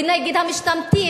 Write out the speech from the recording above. ונגד המשתמטים,